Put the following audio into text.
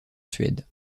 suède